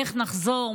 איך נחזור,